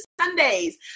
Sundays